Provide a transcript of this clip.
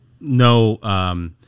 no